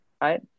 right